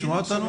שומעת אותנו?